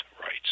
rights